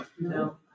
no